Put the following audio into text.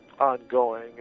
ongoing